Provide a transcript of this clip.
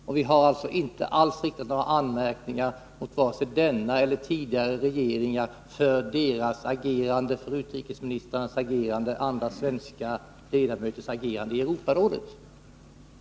Vi har heller inte riktat några anmärkningar mot vare sig den regeringen eller tidigare regeringar när det gäller det sätt på vilket man agerat. Det gäller också de olika utrikesministrarnas agerande och vissa svenska ledamöters agerande i Europarådet.